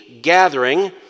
gathering